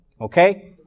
okay